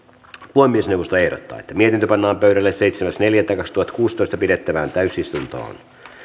puhemiesneuvosto ehdottaa että mietintö pannaan pöydälle seitsemäs neljättä kaksituhattakuusitoista pidettävään täysistuntoon